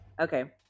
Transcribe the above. Okay